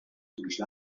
تحسین